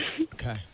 okay